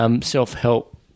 self-help